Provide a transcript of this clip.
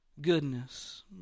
Goodness